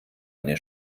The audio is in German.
eine